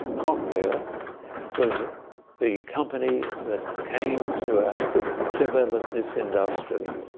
cochlear was the company that came to ah develop this industrially,